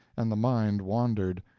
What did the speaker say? and the mind wandered,